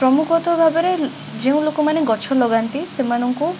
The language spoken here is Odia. ପ୍ରମୁଖତଃ ଭାବରେ ଯେଉଁ ଲୋକମାନେ ଗଛ ଲଗାନ୍ତି ସେମାନଙ୍କୁ